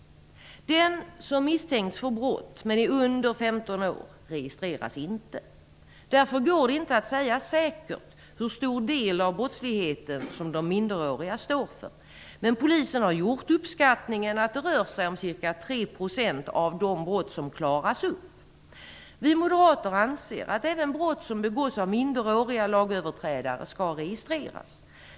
Den som misstänks för brott men är under 15 år registreras inte. Därför går det inte att säga säkert hur stor del av brottsligheten som de minderåriga står för, men polisen har gjort uppskattningen att det rör sig om ca 3 % av de brott som klaras upp. Vi moderater anser att även brott som begås av minderåriga lagöverträdare skall registreras.